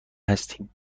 هستیم